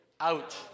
Ouch